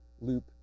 loop